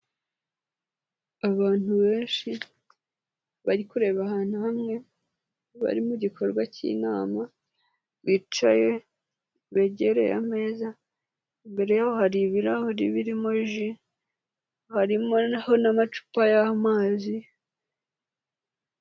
Abantu benshi bari kureba ahantu hamwe bari mugikorwa cy'inama bicaye begereye ameza imbere yaho hari ibirahuri birimo ji harimo n'amacupa y'amazi.